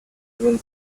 even